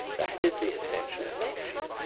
that is the essential connexion.